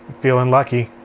feeling lucky.